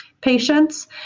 patients